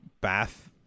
bath